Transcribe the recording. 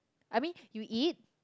I mean you eat